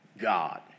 God